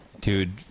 Dude